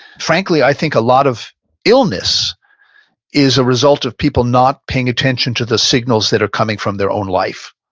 frankly, i think a lot of illness is a result of people not paying attention to the signals that are coming from their own life,